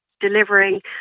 delivering